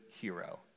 hero